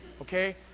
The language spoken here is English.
okay